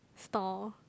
stall